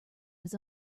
his